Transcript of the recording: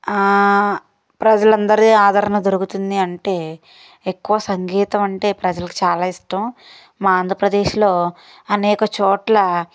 ఆ ప్రజలందరి ఆదరణ దొరుకుతుంది అంటే ఎక్కువ సంగీతం అంటే ప్రజలకి చాలా ఇష్టం మా ఆంధ్రప్రదేశ్లో అనేక చోట్ల